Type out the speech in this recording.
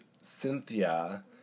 Cynthia